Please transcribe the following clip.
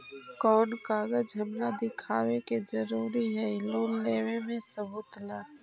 कौन कागज हमरा दिखावे के जरूरी हई लोन लेवे में सबूत ला?